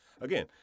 again